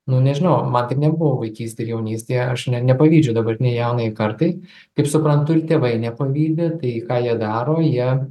nu nežinau man taip nebuvo vaikystėj jaunystėje aš nepavydžiu dabartinei jaunajai kartai kaip suprantu ir tėvai nepavydi tai ką jie daro jie